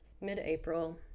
mid-april